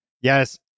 Yes